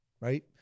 right